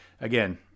Again